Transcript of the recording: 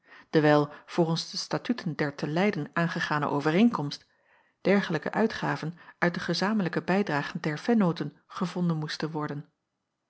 dewijl volgens de statuten der te leyden aangegane overeenkomst dergelijke uitgaven uit de gezamentlijke bijdragen der vennooten gevonden moesten worden